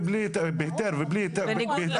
בניגוד לחוק.